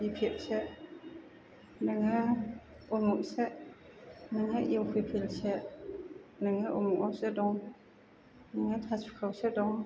BPF सो नोङो उमुखसो नोङो इउपिपिएल सो नोङो उमुगावसो दं नोङो थासुगआवसो दं